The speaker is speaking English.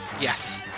Yes